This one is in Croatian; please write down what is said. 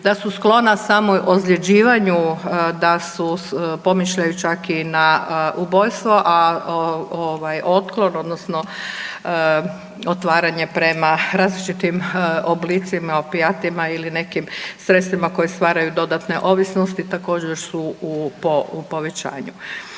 da su sklona samoozljeđivanju, da su, pomišljaju čak i na ubojstvo, a ovaj, otklon, odnosno otvaranje prema različitim oblicima, opijatima ili nekim sredstvima koje stvaraju dodatne ovisnosti, također su u povećanju.